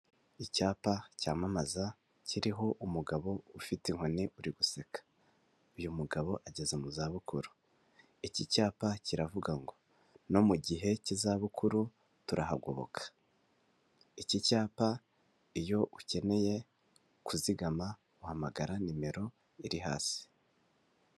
Icyapa cyamamaza kiriho umugabo ufite inkoni uri guseka, uyu mugabo ageze mu za bukuru, iki cyapa kiravuga ngo no mu gihe k'izabukuru turahagoboka. Iki cyapa iyo ukeneye kuzigama uhamagara nimero iri hasi.